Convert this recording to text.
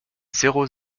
zéro